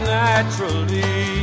naturally